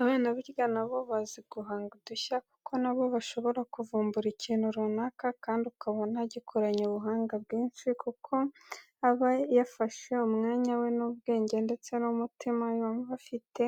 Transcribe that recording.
Abana burya na bo bazi guhanga udushya kuko na bo bashobora kuvumbura ikintu runaka kandi ukabona gikoranye ubuhanga bwinshi kuko aba yafashe umwanya we n'ubwenge ndetse n'umutima yumva afite